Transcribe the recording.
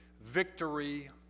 Victory